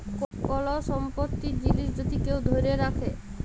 call সম্পত্তির জিলিস যদি কেউ ধ্যইরে রাখে